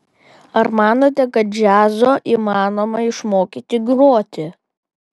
ar manote kad džiazo įmanoma išmokyti groti